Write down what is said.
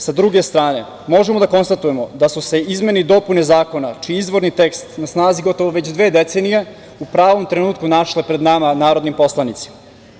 Sa druge strane, možemo da konstatujemo da su se izmene i dopune zakona, čiji je izvorni tekst na snazi gotovo već dve decenije, u pravom trenutku našle pred nama, narodnim poslanicima.